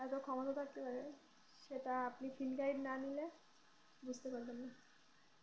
এত ক্ষমতা থাকতে হবে সেটা আপনি ফিল্ড গাইড না নিলে বুঝতে পারবেন না